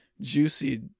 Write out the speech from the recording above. juicy